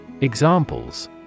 Examples